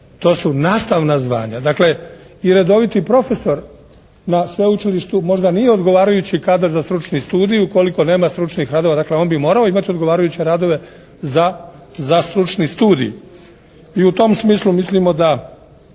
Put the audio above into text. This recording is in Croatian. to su nastavna zvanja. Dakle, i redoviti profesor na sveučilištu možda nije odgovarajući kadar za stručni studij. Ukoliko nema stručnih kadrova dakle on bi morao imati odgovarajuće radova za stručni studij. I u tom smislu mislimo da